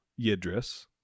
yidris